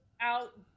out